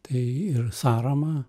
tai ir sąramą